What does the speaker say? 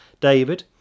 David